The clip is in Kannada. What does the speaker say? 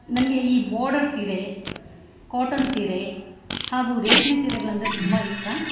ನನಗೆ ಈ ಬಾರ್ಡರ್ ಸೀರೆ ಕಾಟನ್ ಸೀರೆ ಹಾಗೂ ರೇಷ್ಮೆ ಸೀರೆಗಳೆಂದ್ರೆ ತುಂಬ ಇಷ್ಟ